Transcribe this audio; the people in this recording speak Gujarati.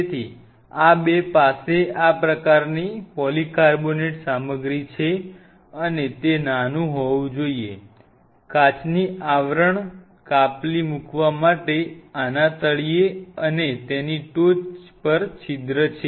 તેથી આ બે પાસે આ પ્રકારની પોલીકાર્બોનેટ સામગ્રી છે અને તે નાનું હોવું જોઈએ કાચની આવરણ કાપલી મૂકવા માટે આના તળિયે અને તેની ટોચ છિદ્ર છે